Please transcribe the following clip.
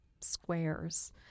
squares